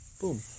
boom